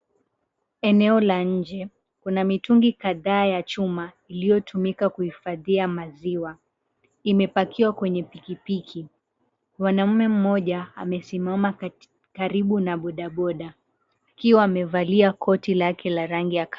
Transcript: Eneo la nje kuna mitungi kadhaa ya chuma iliyotumika kuhifadhia maziwa, imepakiwa kwa pikipiki, mwanaume mmoja amesimama karibu na bodaboda akiwa amevalia koti lake la rangi ya kahawia.